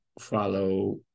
follow